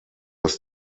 das